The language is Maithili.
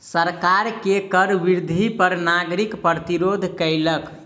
सरकार के कर वृद्धि पर नागरिक प्रतिरोध केलक